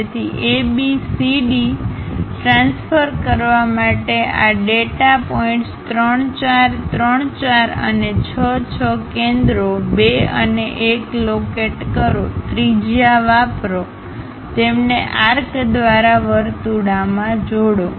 તેથી AB CD transfer કરવા માટે આ ડેટા પોઇન્ટ્સ 3 4 3 4 અને 6 6 કેન્દ્રો 2 અને 1 લોકેટ કરો ત્રિજ્યા વાપરો તેમને આર્ક દ્વારા વર્તુળોમાં જોડો